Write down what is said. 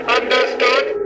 understood